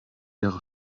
jahre